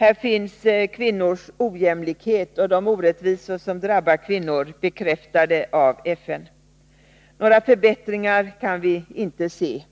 Här finns kvinnors ojämlikhet och de orättvisor som drabbar kvinnor bekräftade av FN. Några förbättringar kan vi inte se.